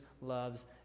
loves